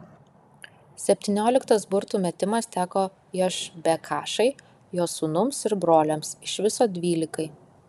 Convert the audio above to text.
septynioliktas burtų metimas teko jošbekašai jo sūnums ir broliams iš viso dvylikai